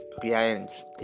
clients